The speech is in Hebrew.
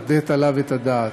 לתת עליו את הדעת.